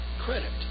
credit